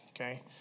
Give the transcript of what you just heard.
Okay